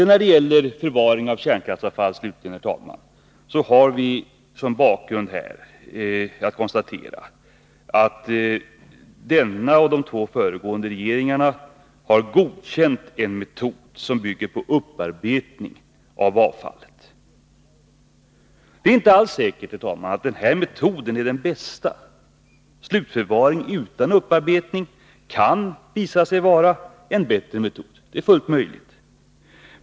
När det gäller förvaringen av kärnkraftsavfall kan vi konstatera att denna och de två föregående regeringarna har godkänt en metod som bygger på upparbetning av avfallet. Det är inte alls säkert att den här metoden är den bästa. Slutförvaring utan upparbetning kan visa sig vara en bättre metod. Det är fullt möjligt.